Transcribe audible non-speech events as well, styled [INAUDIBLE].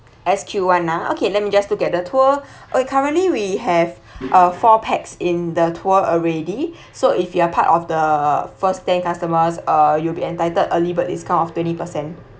S_Q [one] ah okay let me just look at the tour [BREATH] okay currently we have uh four pax in the tour already [BREATH] so if you are part of the first ten customers uh you'll be entitled early bird discount of twenty percent